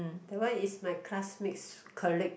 that one is my classmate's colleague